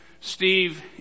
Steve